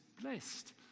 blessed